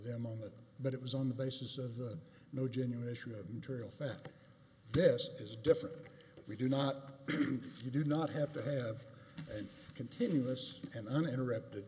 them on that but it was on the basis of the no genuine issue of internal fact this is different we do not you do not have to have a continuous and uninterrupted